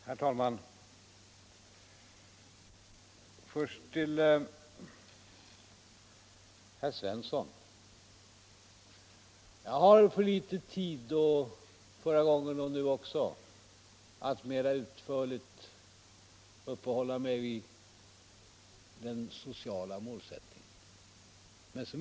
Herr talman! Först vill jag till herr Svensson i Malmö säga att jag har för liten tid — det hade jag även förra gången — för att mer utförligt uppehålla mig vid den sociala målsättningen.